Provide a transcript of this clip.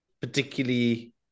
particularly